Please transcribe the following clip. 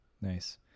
nice